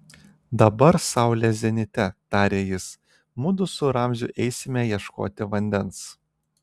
dabar saulė zenite tarė jis mudu su ramziu eisime ieškoti vandens